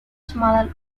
smaller